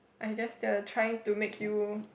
I just they are trying to make you